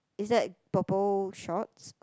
is that purple shorts